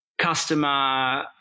customer